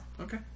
Okay